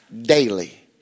daily